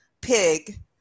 pig